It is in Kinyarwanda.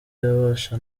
yabasha